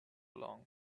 long